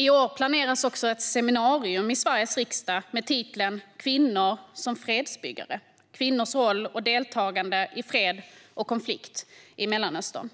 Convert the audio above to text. I år planeras också ett seminarium i Sveriges riksdag med titeln Kvinnor som fredsbyggare - kvinnors roll och deltagande i fred och konflikt i Mellanöstern.